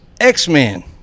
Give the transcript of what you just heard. X-Men